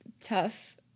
tough